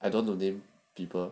I don't want to name people